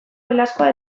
oilaskoa